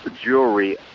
jewelry